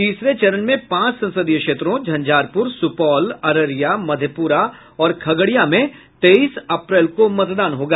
तीसरे चरण में पांच संसदीय क्षेत्रों झंझारपुर सुपौल अररिया मधेपुरा और खगड़िया में तेईस अप्रैल को मतदान होगा